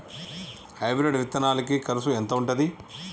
Hybrid విత్తనాలకి కరుసు ఎంత ఉంటది?